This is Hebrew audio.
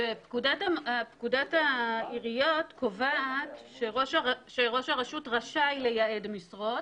שפקודת העיריות קובעת שראש הרשות רשאי לייעד משרות